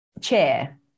chair